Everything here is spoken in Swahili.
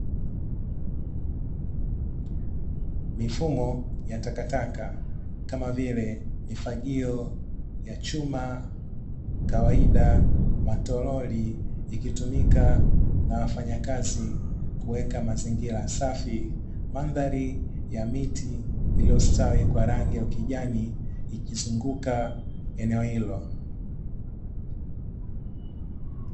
Mifumo ya takataka kama vile mifagio ya chuma, kawaida, matoroli ikitumika na wafanyakazi kuweka mazingira safi. Mandhari ya miti iliyostawi kwa rangi ya ukijani ikizunguka eneo hilo.